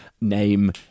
name